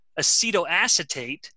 acetoacetate